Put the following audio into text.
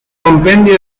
compendio